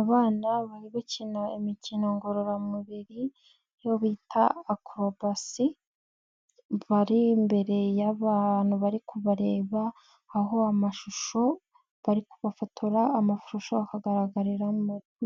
Abana bari gukina imikino ngororamubiri, iyo bita akorobasi, bari imbere y'abantu bari kubareba, aho amashusho bari kubafotora, amashusho akagaragarira